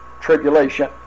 tribulation